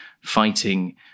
fighting